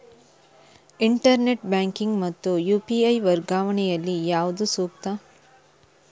Internet banking ಮತ್ತು UPI ವರ್ಗಾವಣೆ ಯಲ್ಲಿ ಯಾವುದು ಸೂಕ್ತ?